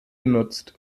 genutzt